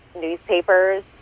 newspapers